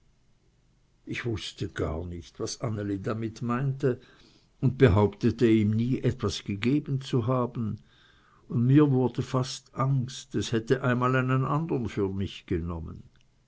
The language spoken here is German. ich wußte gar nicht was anneli damit meinte und behauptete ihm nie etwas gegeben zu haben und mir wurde fast angst es hätte einmal einen andern für mich genommen